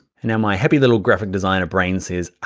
and then my happy little graphic designer brain so is,